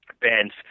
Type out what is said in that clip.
bands